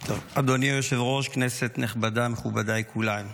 אדוני היושב-ראש, כנסת נכבדה, מכובדיי כולם.